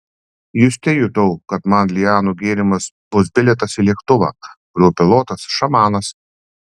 juste jutau kad man lianų gėrimas bus bilietas į lėktuvą kurio pilotas šamanas